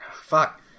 fuck